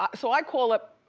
ah so i call up.